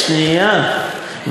שנייה,